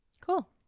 Cool